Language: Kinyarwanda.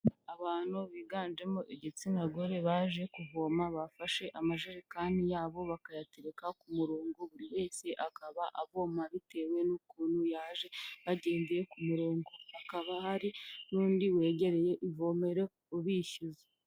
Abantu biganjemo igitsina gore baje kuvoma bafashe amajerekani yabo bakayatereka ku murongo, buri wese akaba avoma bitewe n'ukuntu yaje bagendeye ku murongo, hakaba hari n'undi wegereye ivomero ubishyuza.